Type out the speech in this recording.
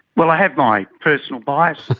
well, i have my personal biases.